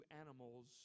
animals